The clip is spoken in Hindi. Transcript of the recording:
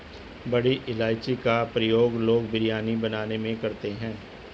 बड़ी इलायची का प्रयोग लोग बिरयानी बनाने में करते हैं